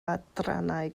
adrannau